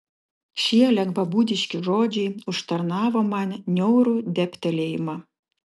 šie lengvabūdiški žodžiai užtarnavo man niaurų dėbtelėjimą